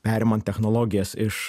perimant technologijas iš